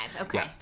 Okay